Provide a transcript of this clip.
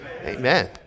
Amen